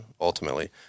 ultimately